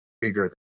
bigger